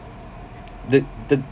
the the